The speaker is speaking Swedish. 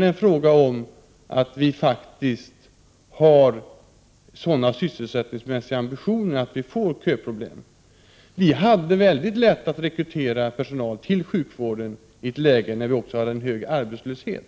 Det är fråga om att vi faktiskt har sådana ambitioner när det gäller sysselsättningen att vi får köproblem. Vi hade mycket lätt att rekrytera personal till sjukvården när vi hade hög arbetslöshet,